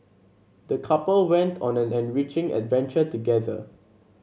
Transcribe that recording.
the couple went on an enriching adventure together